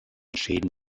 schäden